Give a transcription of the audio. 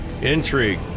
intrigue